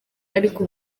ariko